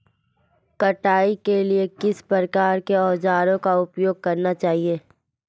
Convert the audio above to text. कटाई के लिए किस प्रकार के औज़ारों का उपयोग करना चाहिए?